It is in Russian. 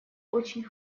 очень